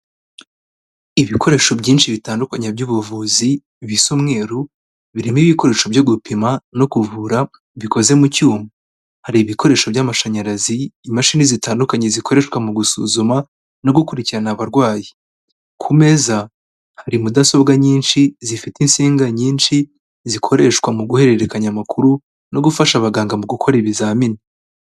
Ibikoresho byinshi bitandukanye by'ubuvuzi bisa umweruru, birimo ibikoresho byo gupima no kuvura, bikoze mu cyuma, hari ibikoresho by'amashanyarazi, imashini zitandukanye zikoreshwa mu gusuzuma no gukurikirana abarwayi, ku meza hari mudasobwa nyinshi, zifite insinga nyinshi zikoreshwa mu guhererekanya amakuru, no gufasha abaganga mu gukora ibizamini.